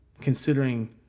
considering